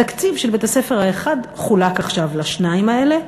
התקציב של בית-הספר האחד חולק עכשיו לשניים האלה,